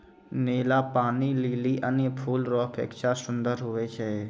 नीला पानी लीली अन्य फूल रो अपेक्षा सुन्दर हुवै छै